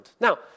Now